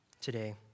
today